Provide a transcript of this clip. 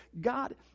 God